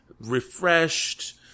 refreshed